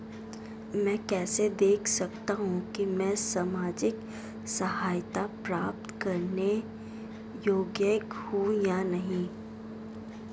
मैं कैसे देख सकता हूं कि मैं सामाजिक सहायता प्राप्त करने योग्य हूं या नहीं?